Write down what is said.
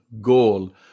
goal